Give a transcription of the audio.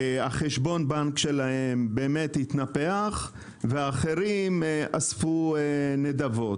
חשבון הבנק שלהם באמת התנפח ואחרים אספו נדבות.